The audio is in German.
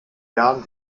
jahren